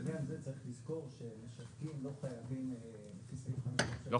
לעניין זה צריך לזכור שמשווקים לא חייבים לפי סעיף --- ברישיון,